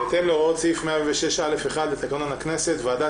"בהתאם להוראות סעיף 106.א.1 לתקנון הכנסת הוועדה